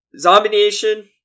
Zombination